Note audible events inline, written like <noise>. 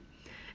<breath>